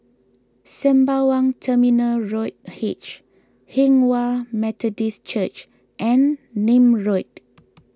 Sembawang Terminal Road H Hinghwa Methodist Church and Nim Road